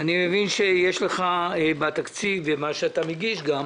אני מבין שיש לך בתקציב, ומה שאתה מגיש גם,